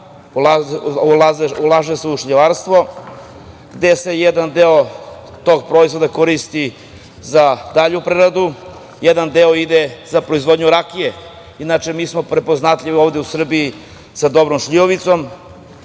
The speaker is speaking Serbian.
ulaže se u šljivarstvo, gde se jedan deo tog proizvoda koristi za dalju preradu, jedan deo ide za proizvodnju rakije. Inače, mi smo prepoznatljivi ovde u Srbiji sa dobrom šljivovicom.